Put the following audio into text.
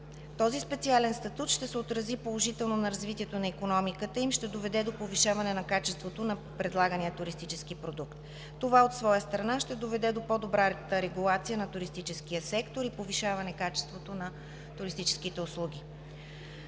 Този специален статут ще се отрази положително на развитието на икономиката им и ще доведе до повишаване на качеството на предлагания туристически продукт. Това от своя страна ще доведе до по-добрата регулация на туристическия сектор и повишаване качеството на туристическите услуги.